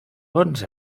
bons